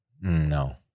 No